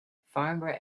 farnborough